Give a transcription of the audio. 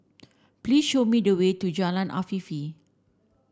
please show me the way to Jalan Afifi